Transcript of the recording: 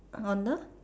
on the